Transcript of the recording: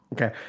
Okay